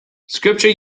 scripture